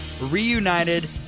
reunited